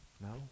no